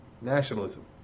Nationalism